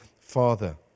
father